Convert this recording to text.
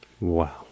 Wow